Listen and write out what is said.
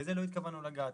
בזה לא התכוונו לגעת.